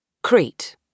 Crete